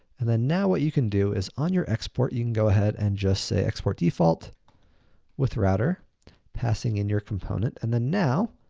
and then now, what you can do is on your export, you can go ahead and just say, export default withrouter, passing in your component. and then now,